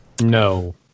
No